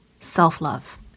self-love